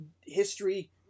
History